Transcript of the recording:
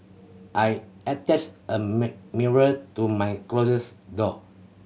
I attached a mirror to my closet door